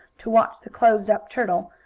to watch the closed-up turtle,